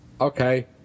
okay